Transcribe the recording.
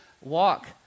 walk